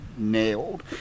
Nailed